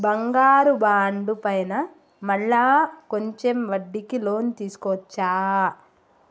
బంగారు బాండు పైన మళ్ళా కొంచెం వడ్డీకి లోన్ తీసుకోవచ్చా?